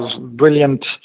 brilliant